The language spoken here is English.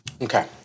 Okay